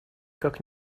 как